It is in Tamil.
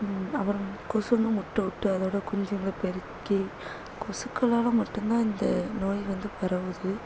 அப்புறம் கொசு வந்து முட்டை விட்டு அதோடய குஞ்செல்லாம் பெருக்கி கொசுக்களால் மட்டும் தான் இந்த நோய் வந்து பரவுது